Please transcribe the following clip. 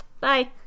Bye